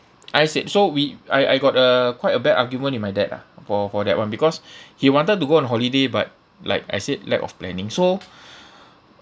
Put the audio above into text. I said so we I I got a quite a bad argument with my dad ah for for that [one] because he wanted to go on holiday but like I said lack of planning so